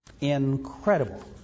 Incredible